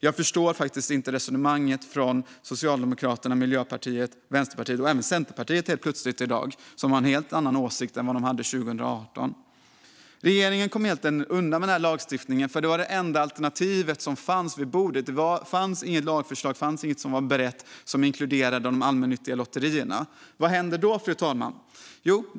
Jag förstår inte resonemanget från Socialdemokraterna, Miljöpartiet, Vänsterpartiet och helt plötsligt även Centerpartiet i dag. Det har en helt annan åsikt än vad det hade 2018. Regeringen kom undan med lagstiftningen, för det var det enda alternativet som fanns vid bordet. Det fanns inget lagförslag som var berett som inkluderade de allmännyttiga lotterierna. Vad hände då, fru talman?